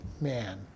man